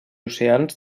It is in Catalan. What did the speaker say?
oceans